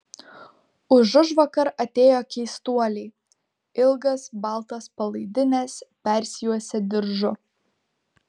užužvakar atėjo keistuoliai ilgas baltas palaidines persijuosę diržu